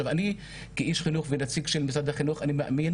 אני כאיש חינוך ונציג של משרד החינוך מאמין